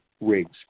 rigs